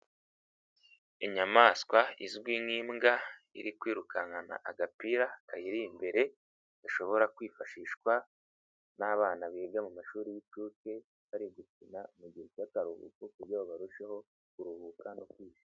Inyamaswa izwi nk'imbwa, iri kwirukankana agapira, kayiri imbere, gashobora kwifashishwa n'abana biga mu mashuri y'inshuke, bari gukina mu gihe cy'akaruhuko kugira ngo barusheho kuruhuka no kwiga.